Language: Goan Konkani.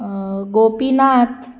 गोपिनाथ